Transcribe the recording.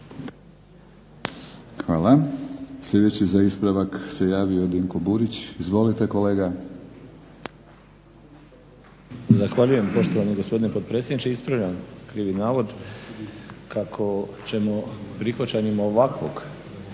Hvala. Sljedeći za ispravak se javio Dinko Burić. Izvolite kolega. **Burić, Dinko (HDSSB)** Zahvaljujem, poštovani gospodine potpredsjedniče. Ispravljam krivi navod kako ćemo prihvaćanjem ovakvog